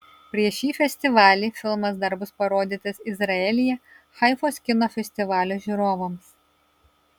prieš šį festivalį filmas dar bus parodytas izraelyje haifos kino festivalio žiūrovams